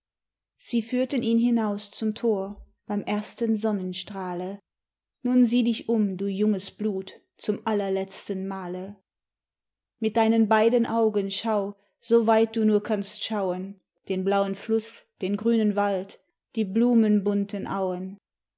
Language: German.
sie führten ihn hinaus zum tor beim ersten sonnenstrahle nun sieh dich um du junges blut zum allerletzten male mit deinen beiden augen schau so weit du nur kannst schauen den blauen fluß den grünen wald die blumenbunten auen